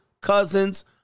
cousins